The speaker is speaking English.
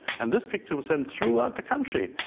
and this picture was sent throughout the country.